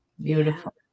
beautiful